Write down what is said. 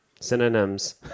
Synonyms